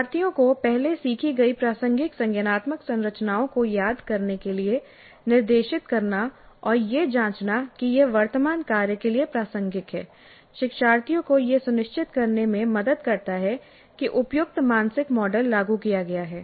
शिक्षार्थियों को पहले सीखी गई प्रासंगिक संज्ञानात्मक संरचनाओं को याद करने के लिए निर्देशित करना और यह जांचना कि यह वर्तमान कार्य के लिए प्रासंगिक है शिक्षार्थियों को यह सुनिश्चित करने में मदद करता है कि उपयुक्त मानसिक मॉडल लागू किया गया है